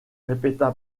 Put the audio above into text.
répéta